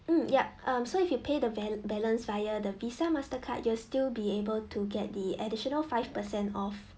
mm yup um so if you pay the ba~ balance via the visa mastercard you'll still be able to get the additional five percent off